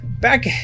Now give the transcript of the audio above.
back